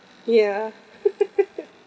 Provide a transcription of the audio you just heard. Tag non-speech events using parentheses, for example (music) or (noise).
ya (laughs)